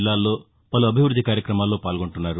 జిల్లాల్లో పలు అభివృద్ది కార్యక్రమాల్లో పాల్గొంటున్నారు